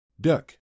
duck